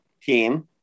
team